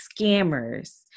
scammers